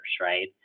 right